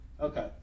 Okay